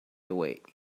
away